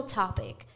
topic